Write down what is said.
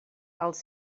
els